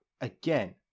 again